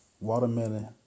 watermelon